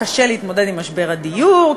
קשה להתמודד עם משבר הדיור,